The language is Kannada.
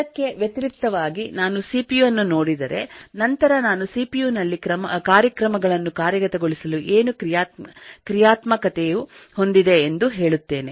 ಇದಕ್ಕೆ ವ್ಯತಿರಿಕ್ತವಾಗಿ ನಾನು ಸಿಪಿಯು ಅನ್ನು ನೋಡಿದರೆ ನಂತರ ನಾನು ಸಿಪಿಯು ನಲ್ಲಿ ಕಾರ್ಯಕ್ರಮಗಳನ್ನು ಕಾರ್ಯಗತಗೊಳಿಸಲು ಏನು ಕ್ರಿಯಾತ್ಮಕತೆಯು ಹೊಂದಿದೆ ಎಂದು ಹೇಳುತ್ತೇನೆ